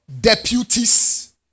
deputies